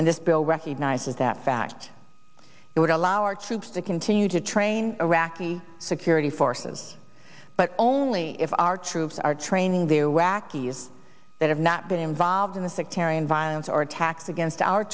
and this bill recognizes that fact it would allow our troops to continue to train iraqi security forces but only if our troops are training the iraqis that have not been involved in the sectarian violence or attacks against our